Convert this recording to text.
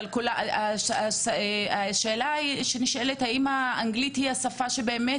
אבל השאלה הנשאלת היא האם אנגלית היא השפה שבאמת